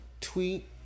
tweet